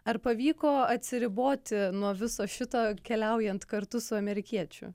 ar pavyko atsiriboti nuo viso šito keliaujant kartu su amerikiečiu